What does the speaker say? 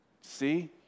See